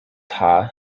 tai